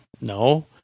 No